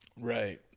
Right